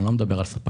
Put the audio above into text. אני לא מדבר על ספקים.